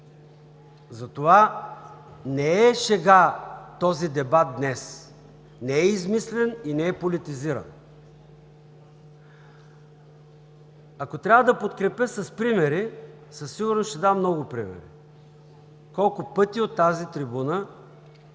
Затова не е шега този дебат днес, не е измислен и не е политизиран. Ако трябва да подкрепя с примери, със сигурност ще дам много примери колко пъти от тази трибуна